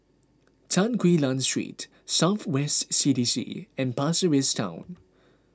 Tan Quee Lan Street South West C D C and Pasir Ris Town